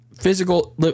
physical